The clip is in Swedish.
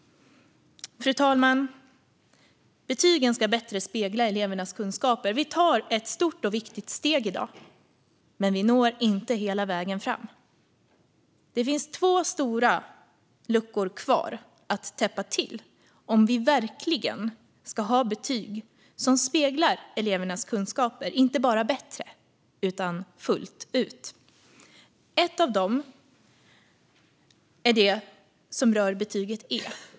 Fru talman! Betygen ska bättre spegla elevernas kunskaper. Vi tar ett stort och viktigt steg i dag, men vi når inte hela vägen fram. Det finns två stora luckor kvar att täppa till om vi verkligen ska ha betyg som speglar elevernas kunskaper, inte bara bättre utan fullt ut. Ett av dem är det som rör betyget E.